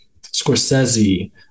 Scorsese